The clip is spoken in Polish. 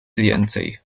więcej